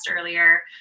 earlier